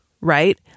Right